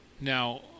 Now